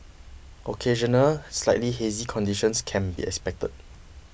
occasional slightly hazy conditions can be expected